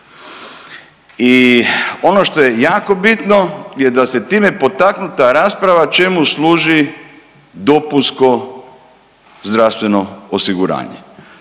i ono što je jako bitno je da se time potaknuta rasprava čemu služi dopunsko zdravstveno osiguranje.